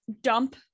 dump